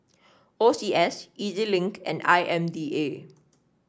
O C S E Z Link and I M D A